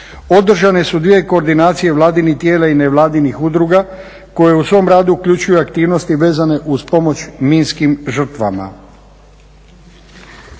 Održane su dvije koordinacije vladinih tijela i nevladinih udruga koje u svom radu uključuju aktivnosti vezane uz pomoć minskim žrtvama.